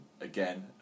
again